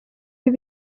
ibi